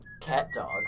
Cat-dog